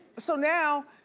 so now,